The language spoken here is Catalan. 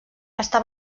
està